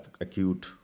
acute